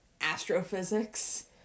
astrophysics